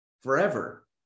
forever